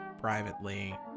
privately